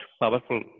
powerful